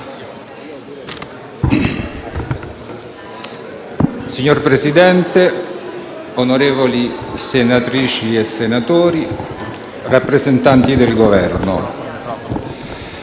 Signor Presidente, onorevoli senatrici e senatori, rappresentanti del Governo,